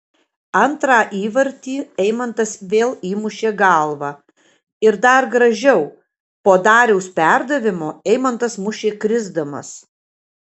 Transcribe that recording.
antrą įvartį eimantas vėl įmušė galva ir dar gražiau po dariaus perdavimo eimantas mušė krisdamas